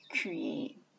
create